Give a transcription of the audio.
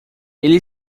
ele